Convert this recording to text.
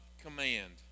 command